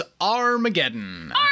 Armageddon